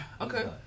Okay